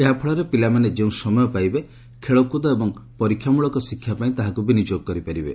ଏହାଫଳରେ ପିଲାମାନେ ଯେଉଁ ସମୟ ପାଇବେ ଖେଳକୁଦ ଏବଂ ପରୀକ୍ଷାମୂଳକ ଶିକ୍ଷା ପାଇଁ ତାହାକୁ ବିନିଯୋଗ କରିପାରିବେ